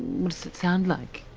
what does it sound like?